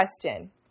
question